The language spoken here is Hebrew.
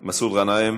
מסעוד גנאים,